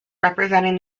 representing